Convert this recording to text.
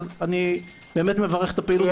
אז אני באמת מברך את הפעילות המשותפת.